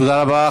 תודה רבה.